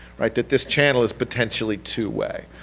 right? that this channel is potentially two way.